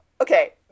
Okay